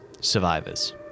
survivors